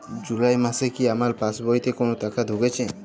জুলাই মাসে কি আমার পাসবইতে কোনো টাকা ঢুকেছে?